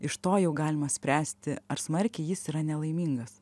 iš to jau galima spręsti ar smarkiai jis yra nelaimingas